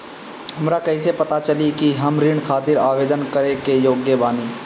हमरा कईसे पता चली कि हम ऋण खातिर आवेदन करे के योग्य बानी?